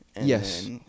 Yes